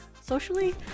Socially